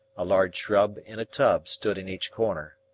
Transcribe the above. a large shrub in a tub stood in each corner.